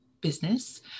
business